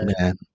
man